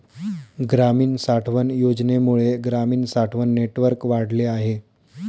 ग्रामीण साठवण योजनेमुळे ग्रामीण साठवण नेटवर्क वाढले आहे